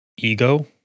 ego